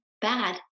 bad